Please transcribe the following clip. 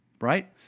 Right